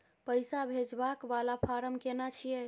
पैसा भेजबाक वाला फारम केना छिए?